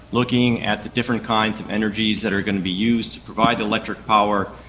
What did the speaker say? looking at the different kinds of energies that are going to be used to provide electric power,